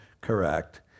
correct